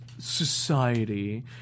society